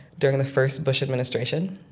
during the first bush administration.